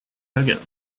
again